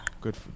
Good